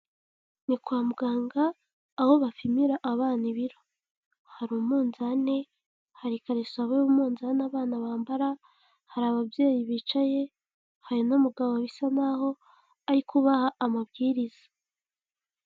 Ni i kwa muganga aho bapimira abana ibiro hari umunzani, kariso y'umunzani abana bambara, hari ababyeyi bicaye hari n'umugabo bisa naho ari kubaha amabwiriza